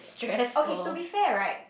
okay to be fair right